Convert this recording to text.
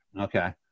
Okay